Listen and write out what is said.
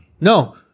No